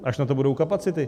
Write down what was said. Až na to budou kapacity.